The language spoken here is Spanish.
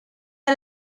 del